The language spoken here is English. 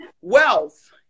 wealth